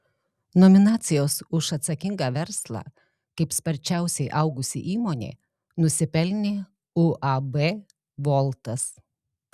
nominacijos už atsakingą verslą kaip sparčiausiai augusi įmonė nusipelnė uab voltas